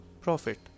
profit